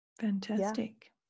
Fantastic